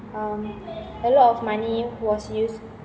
um a lot of money was used